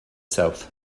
south